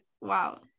wow